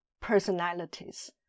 personalities